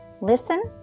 Listen